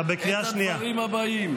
אתה בקריאה שנייה.